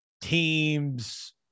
teams